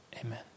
Amen